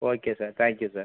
okay sir thank you sir